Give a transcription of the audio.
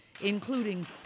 including